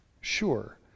Sure